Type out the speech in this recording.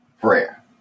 Prayer